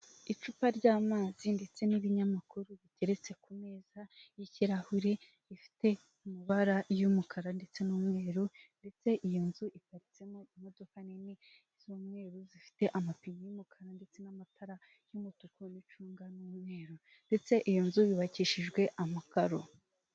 Icupa ry'amazi ndetse n'ibinyamakuru bigeretse ku meza y'ikirahure ifite amabara y'umukara ndetse n'umweru ndetse iyi nzu iparitsemo imodoka nini z'umweru zifite amapine y'umukara ndetse n'amatara y'umutuku n'icunga n'umweru ndetse iyo nzu yubakishijwe amakaro.